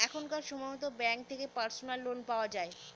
এখনকার সময়তো ব্যাঙ্ক থেকে পার্সোনাল লোন পাওয়া যায়